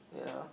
yeah